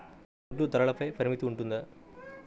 గుడ్లు ధరల పై పరిమితి ఉంటుందా?